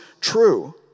true